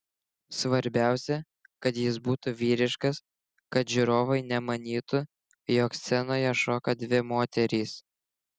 svarbiausia kad jis būtų vyriškas kad žiūrovai nemanytų jog scenoje šoka dvi moterys